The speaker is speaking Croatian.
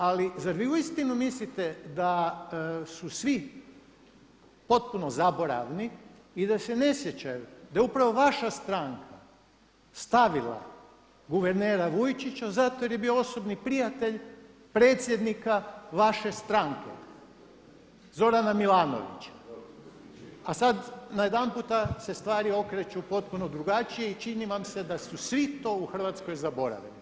Ali zar vi uistinu mislite da su svi potpuno zaboravni i da se ne sjećaju, da je upravo vaša stranka stavila guvernera Vujčića zato jer je bio osobni prijatelj predsjednika vaše stranke Zorana Milanovića, a sad najedanputa se stvari okreću potpuno drugačije i čini vam se da su svi to u Hrvatskoj zaboravili.